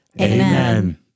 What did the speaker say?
Amen